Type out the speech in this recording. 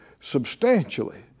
substantially